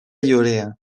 llúria